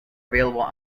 available